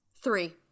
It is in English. Three